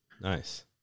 Nice